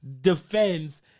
defends